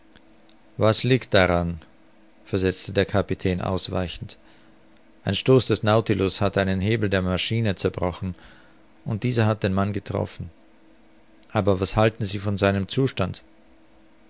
was liegt daran versetzte der kapitän ausweichend ein stoß des nautilus hat einen hebel der maschine zerbrochen und dieser hat den mann getroffen aber was halten sie von seinem zustand